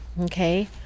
okay